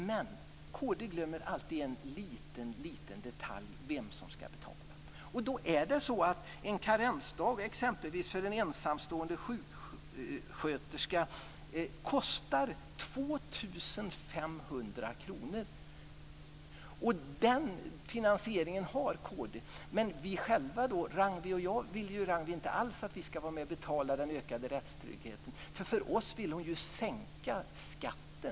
Men kd glömmer alltid en liten detalj, vem som ska betala. En karensdag för exempelvis en ensamstående sjuksköterska kostar 2 500 kr. Den finansieringen har kd. Men vi själva då, Ragnwi och jag? Ragnwi Marcelind vill ju inte alls att vi ska vara med och betala den ökade rättstryggheten. För oss vill hon ju sänka skatten.